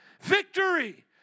Victory